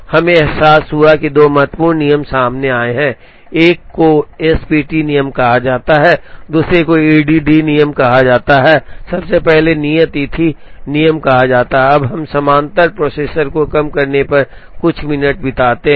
हमें एहसास हुआ कि दो महत्वपूर्ण नियम सामने आए हैं एक को एस पी टी नियम कहा जाता है दूसरे को ई डी डी नियम या सबसे पहले नियत तिथि नियम कहा जाता है अब हम समानांतर प्रोसेसर को कम करने पर कुछ मिनट बिताते हैं